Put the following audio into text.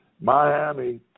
Miami